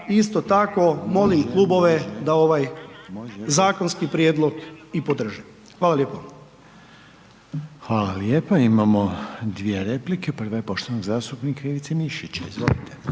isto tako molim klubove da ovaj zakonski prijedlog i podrže. Hvala lijepo. **Reiner, Željko (HDZ)** Hvala lijepa, imamo dvije replike, prva je poštovanog zastupnika Ivice Mišića, izvolite.